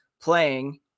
playing